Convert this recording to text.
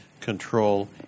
control